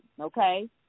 okay